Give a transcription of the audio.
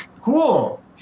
Cool